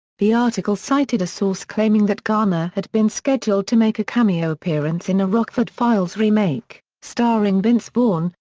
the article cited a source claiming that garner had been scheduled to make a cameo appearance in a rockford files remake, starring vince vaughn,